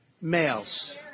males